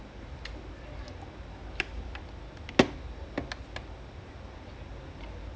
no but no he like Manchester United mainly because of the player also lah because his favourite keeper already here and second favourite not here lah